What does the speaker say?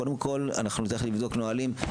קודם כל אנחנו נצטרך לבדוק נהלים,